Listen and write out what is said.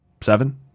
Seven